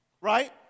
Right